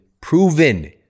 proven